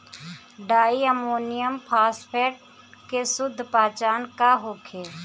डाई ammonium phosphate के शुद्ध पहचान का होखे?